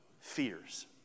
Fears